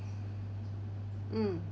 mm